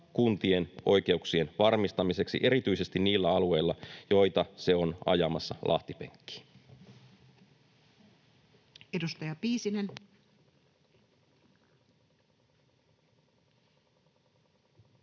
kuntien oikeuksien varmistamiseksi erityisesti niillä alueilla, joita se on ajamassa lahtipenkkiin. [Speech 234]